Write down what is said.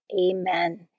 Amen